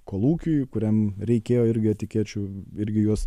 kolūkiui kuriam reikėjo irgi etikečių irgi juos